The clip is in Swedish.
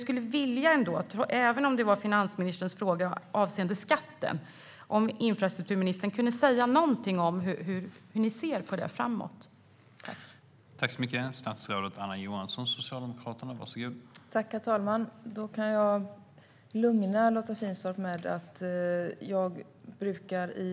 Även om skatter är finansministerns fråga skulle jag önska att infrastrukturministern kunde säga någonting om hur regeringen ser på detta inför framtiden.